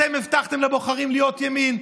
אתם הבטחתם לבוחרים להיות ימין,